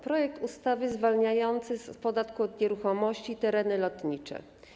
Projekt ustawy zwalnia z podatku od nieruchomości tereny lotnicze.